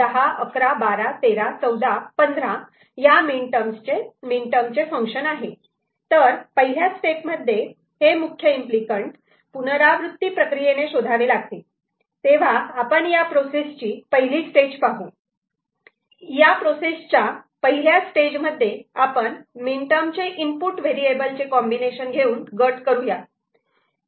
Y ∑ m0123 101112 131415 तर पहिल्या स्टेपमध्ये हे मुख्य इम्पली कँट पुनरावृत्ती प्रक्रियेने शोधावे लागतील तेव्हा आता आपण या प्रोसेस ची पहिली स्टेज पाहू या प्रोसेस च्या पहिल्या स्टेजमध्ये आपण मीनटर्मचे इनपुट व्हेरिएबलचे कॉम्बिनेशन घेऊन गट करूयात